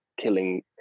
killing